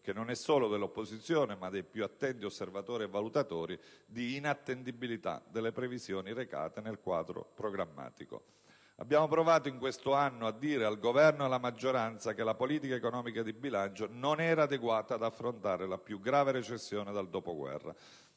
che non è solo dell'opposizione ma dei più attenti osservatori e valutatori, di inattendibilità delle previsioni recate nel quadro programmatico. Abbiamo provato in questo anno a dire al Governo e alla maggioranza che la politica economica e di bilancio non era adeguata ad affrontare la più grave recessione dal dopoguerra